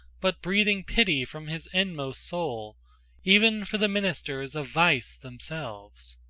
but breathing pity from his inmost soul e'en for the ministers of vice themselves.